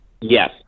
Yes